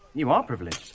you are privileged.